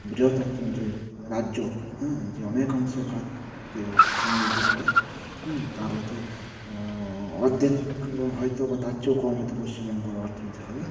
বৃহৎ অর্থনীতির রাজ্য হ্যাঁ যে অনেক অংশে ভারতকে সমৃদ্ধ করে হ তার হয়তো অর্ধেক হয়তো বা তার চেয়েও কম হয়তো পশ্চিমবঙ্গ অর্থনীতি হবে